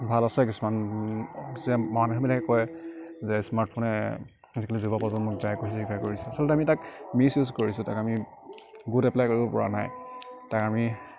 ভাল আছে কিছুমান যে মানুহবিলাকে কয় যে স্মাৰ্টফোনে আজিকালি যুৱপ্ৰজন্মক বেয়া কৰিছে কৰিছে আচলতে আমি তাক মিচইউজ কৰিছোঁ তাক আমি গুড এপ্লাই কৰিব পৰা নাই তাৰ আমি